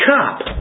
cup